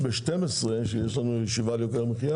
ב-12:00 יש לנו ישיבה על יוקר המחיה